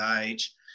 age